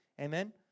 Amen